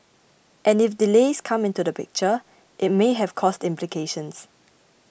and if delays come into the picture it may have cost implications